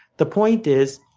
the point is,